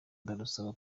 ndarusaba